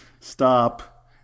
Stop